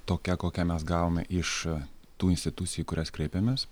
tokia kokią mes gavome iš tų institucijų į kurias kreipėmės